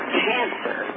cancer